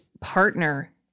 partner